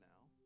now